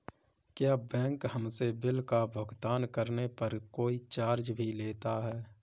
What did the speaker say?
क्या बैंक हमसे बिल का भुगतान करने पर कोई चार्ज भी लेता है?